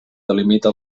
delimita